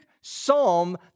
psalm